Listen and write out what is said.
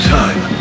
time